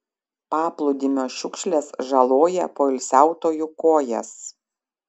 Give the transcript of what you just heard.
paplūdimio šiukšlės žaloja poilsiautojų kojas